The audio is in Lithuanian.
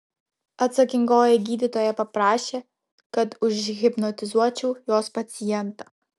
atsakingoji gydytoja paprašė kad užhipnotizuočiau jos pacientą